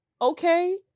Okay